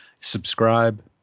subscribe